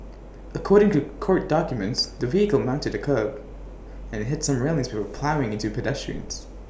according to court documents the vehicle mounted A kerb and hit some railings will ploughing into pedestrians